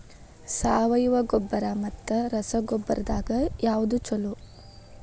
ಸಾವಯವ ಗೊಬ್ಬರ ಮತ್ತ ರಸಗೊಬ್ಬರದಾಗ ಯಾವದು ಛಲೋ?